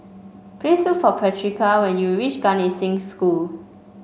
please look for Patrica when you reach Gan Eng Seng School